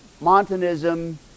Montanism